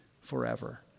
forever